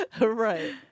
right